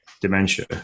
dementia